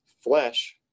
flesh